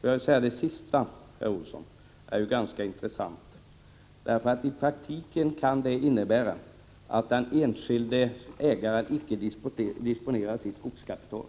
Det sista är ganska intressant, herr Olsson, därför att det kan i praktiken innebära att den enskilde ägaren icke disponerar sitt skogskapital.